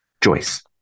Joyce